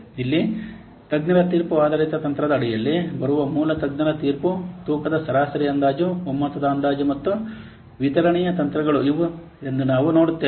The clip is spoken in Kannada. ಇಲ್ಲಿ ತಜ್ಞರ ತೀರ್ಪು ಆಧಾರಿತ ತಂತ್ರದ ಅಡಿಯಲ್ಲಿ ಬರುವ ಮೂಲ ತಜ್ಞರ ತೀರ್ಪು ತೂಕದ ಸರಾಸರಿ ಅಂದಾಜು ಒಮ್ಮತದ ಅಂದಾಜು ಮತ್ತು ವಿತರಣೆಯ ತಂತ್ರಗಳು ಇವು ಎಂದು ನಾವು ನೋಡುತ್ತೇವೆ